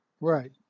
Right